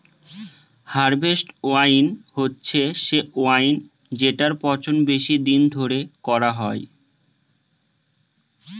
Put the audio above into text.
harvest wine হচ্ছে সে wine যেটার পচন বেশি দিন ধরে করা হয়